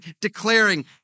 declaring